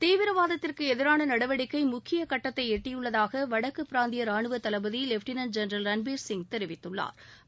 தீவிரவாதத்திற்கு எதிரான நடவடிக்கை முக்கிய கட்டத்தை எட்டியுள்ளதாக வடக்கு பிராந்திய ராணுவ தளபதி லெப்டினன்ட் ஜெனரல் ரன்பீர் சிங் தெரிவித்துள்ளாா்